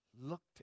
looked